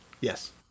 Yes